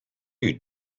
you